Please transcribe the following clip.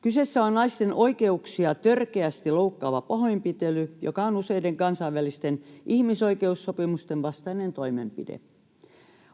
Kyseessä on naisten oikeuksia törkeästi loukkaava pahoinpitely, joka on useiden kansainvälisten ihmisoikeussopimusten vastainen toimenpide.